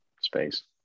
space